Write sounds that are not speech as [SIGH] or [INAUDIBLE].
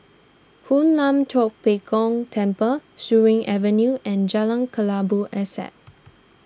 Hoon Lam Tua Pek Kong Temple Surin Avenue and Jalan Kelabu Asap [NOISE]